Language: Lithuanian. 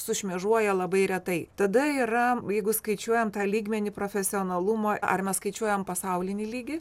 sušmėžuoja labai retai tada yra jeigu skaičiuojam tą lygmenį profesionalumo ar mes skaičiuojam pasaulinį lygį